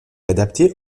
adapté